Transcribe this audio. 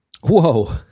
Whoa